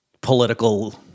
political